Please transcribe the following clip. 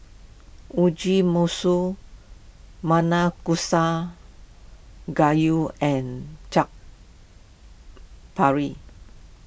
Mugi Meshi Nanakusa Gayu and Chaat